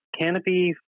Canopy